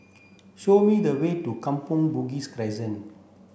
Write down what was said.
show me the way to Kampong Bugis Crescent